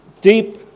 deep